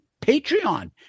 Patreon